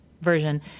version